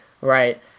right